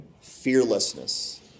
Fearlessness